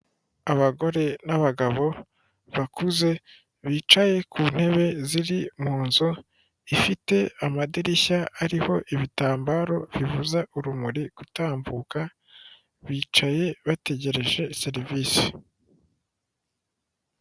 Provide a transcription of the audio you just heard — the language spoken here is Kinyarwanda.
Abagore n'abagabo bakuze, bicaye ku ntebe ziri mu nzu, ifite amadirishya ariho ibitambaro bibuza urumuri gutambuka, bicaye bategereje serivisi.